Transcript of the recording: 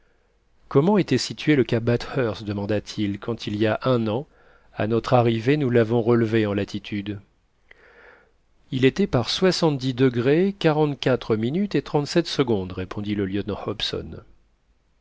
comment était situé le cap bathurst demanda-t-il quand il y a un an à notre arrivée nous l'avons relevé en latitude il était par soixante-dix degrés quarante-quatre minutes et trente-sept secondes répondit le lieutenant hobson